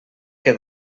que